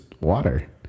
water